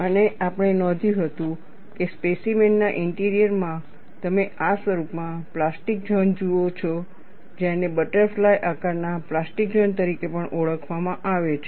અને આપણે નોંધ્યું હતું કે સ્પેસીમેન ના ઇન્ટિરિયરમાં તમે આ સ્વરૂપમાં પ્લાસ્ટિક ઝોન જુઓ છો જેને બટરફ્લાય આકારના પ્લાસ્ટિક ઝોન તરીકે પણ ઓળખવામાં આવે છે